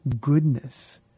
goodness